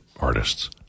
artists